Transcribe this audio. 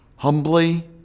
humbly